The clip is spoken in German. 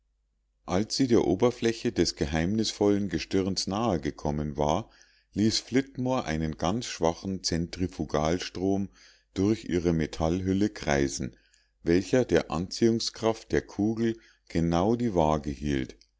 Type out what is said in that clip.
als sie der oberfläche des geheimnisvollen gestirns nahe gekommen war ließ flitmore einen ganz schwachen zentrifugalstrom durch ihre metallhülle kreisen welcher der anziehungskraft der kugel genau die wage hielt